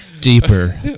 Deeper